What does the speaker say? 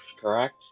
correct